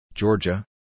Georgia